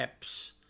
apps